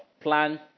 plan